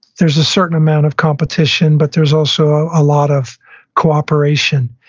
there's a certain amount of competition, but there's also a lot of cooperation.